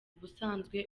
ubusanzwe